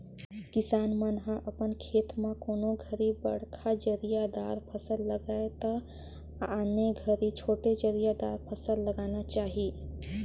किसान मन ह अपन खेत म कोनों घरी बड़खा जरिया दार फसल लगाये त आने घरी छोटे जरिया दार फसल लगाना चाही